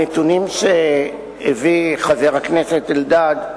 הנתונים שהביא חבר הכנסת אלדד,